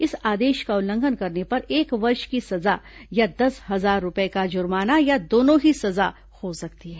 इस आदेश का उल्लंघन करने पर एक वर्ष की सजा या दस हजार रूपए का जुर्माना या दोनों ही सजा हो सकती है